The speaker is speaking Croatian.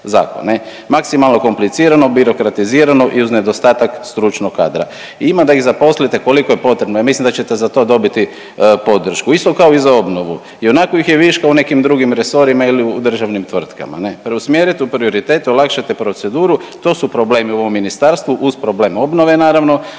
maksimalno komplicirano, birokratizirano i uz nedostatak stručnog kadra i ima da ih zaposlite koliko je potrebno. Ja mislim da ćete za to dobiti podršku, isto kao i za obnovu ionako ih je viška u nekim drugim resorima ili u državnim tvrtkama ne, preusmjerite u prioritete olakšajte proceduru, to su problemi u ovom ministarstvu uz problem obnove naravno,